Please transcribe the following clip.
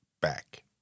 back